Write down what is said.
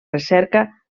recerca